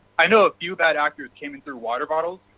i know a few bad apples came under water bottles,